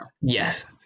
Yes